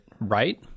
right